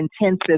intensive